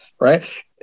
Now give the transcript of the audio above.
right